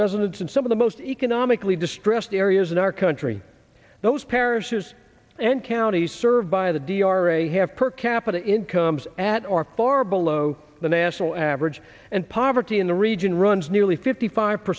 residents in some of the most economically distressed areas in our country those parishes and counties served by the d e r a have per capita incomes at or far below the national average and poverty in the region runs nearly fifty five per